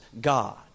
God